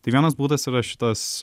tai vienas būdas yra šitas